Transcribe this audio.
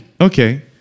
Okay